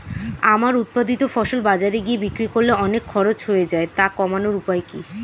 আমার উৎপাদিত ফসল বাজারে গিয়ে বিক্রি করলে অনেক খরচ হয়ে যায় তা কমানোর উপায় কি?